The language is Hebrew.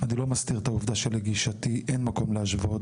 אני לא מסתיר את העובדה שלגישתי אין מקום להשוואות